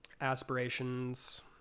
aspirations